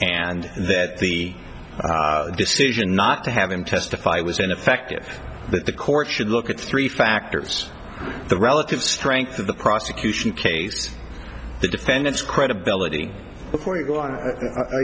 and that the decision not to have him testify was ineffective but the court should look at three factors the relative strength of the prosecution case the defendant's credibility